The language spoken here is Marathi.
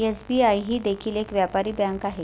एस.बी.आई ही देखील एक व्यापारी बँक आहे